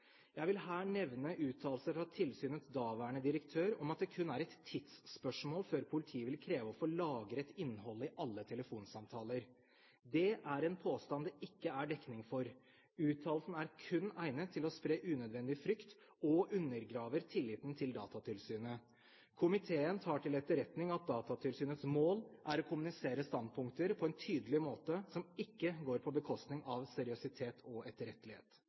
Jeg vil her nevne uttalelser fra tilsynets daværende direktør om at det kun er et tidsspørsmål før politiet vil kreve å få lagret innholdet i alle telefonsamtaler. Det er en påstand det ikke er dekning for. Uttalelsen er kun egnet til å spre unødvendig frykt og undergraver tilliten til Datatilsynet. Komiteen tar til etterretning at Datatilsynets mål er å kommunisere standpunkter på en tydelig måte, som ikke går på bekostning av seriøsitet og etterrettelighet.